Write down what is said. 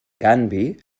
canvi